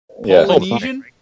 Polynesian